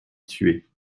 tués